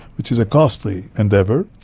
which is a costly endeavour,